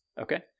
Okay